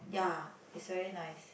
ya is very nice